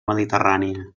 mediterrània